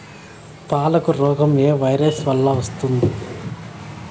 పాలకు రోగం ఏ వైరస్ వల్ల వస్తుంది?